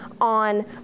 on